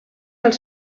als